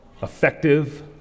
Effective